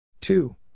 Two